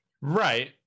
Right